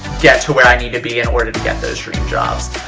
get to where i need to be in order to get those dream jobs.